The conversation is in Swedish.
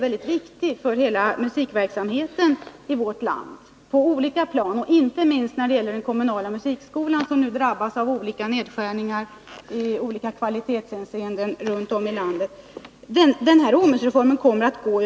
Den är mycket viktig för hela musikverksamheten i vårt land på olika plan — inte minst när det gäller den kommunala musikskolan, som runt om i landet drabbas av olika nedskärningar i kvalitetshänseende.